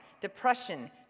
depression